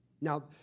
Now